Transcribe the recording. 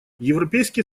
европейский